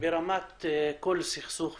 ברמת כל סכסוך וסכסוך.